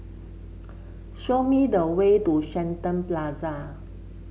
show me the way to Shenton Plaza